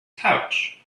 pouch